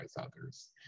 others